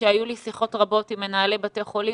שהיו לי שיחות רבות עם מנהלי בתי חולים,